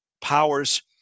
powers